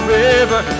river